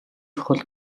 чухал